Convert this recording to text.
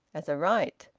as a right.